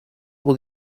will